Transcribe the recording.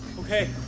Okay